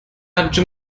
gerade